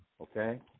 okay